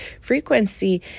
frequency